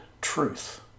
truth